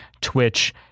Twitch